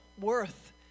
worth